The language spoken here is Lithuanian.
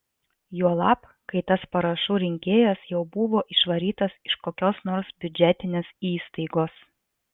juolab kai tas parašų rinkėjas jau buvo išvarytas iš kokios nors biudžetinės įstaigos